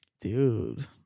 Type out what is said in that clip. dude